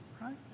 right